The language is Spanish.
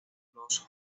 los